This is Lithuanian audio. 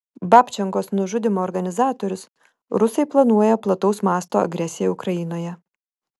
babčenkos nužudymo organizatorius rusai planuoja plataus masto agresiją ukrainoje